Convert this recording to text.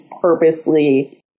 purposely